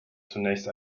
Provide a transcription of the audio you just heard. zunächst